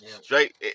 straight